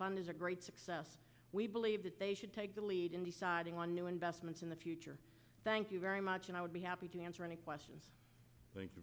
fund is a great success we believe that they should take the lead in deciding on new investments in the future thank you very much and i would be happy to answer any questions